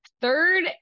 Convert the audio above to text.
Third